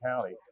County